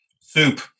Soup